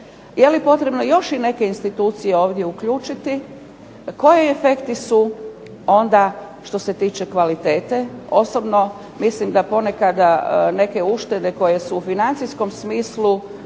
je li potrebno još i neke institucije ovdje uključiti, koji efekti su onda što se tiče kvalitete? Osobno mislim da ponekad neke uštede koje su u financijskom smislu